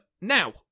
Now